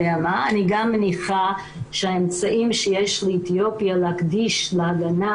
אני גם מניחה שהאמצעים שיש לאתיופיה להגיש להגנה